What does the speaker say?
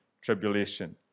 tribulation